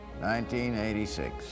1986